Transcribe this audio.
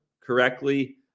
correctly